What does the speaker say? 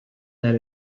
that